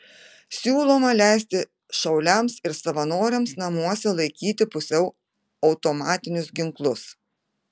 siūloma leisti šauliams ir savanoriams namuose laikyti pusiau automatinius ginklus